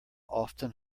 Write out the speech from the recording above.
often